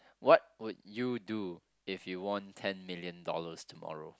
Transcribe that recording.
what would you do if you won ten million dollars tomorrow